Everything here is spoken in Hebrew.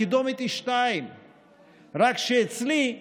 הקידומת היא 2. רק שאצלי,